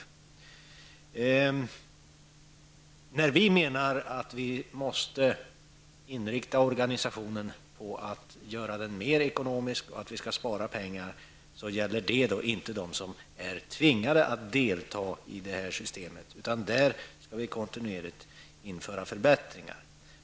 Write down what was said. När vi menar att vi måste inrikta oss på att göra organisationen mer ekonomisk och att vi skall spara pengar, så gäller det inte dem som är tvingade att delta i det här systemet, utan för dem skall vi kontinuerligt införa förbättringar.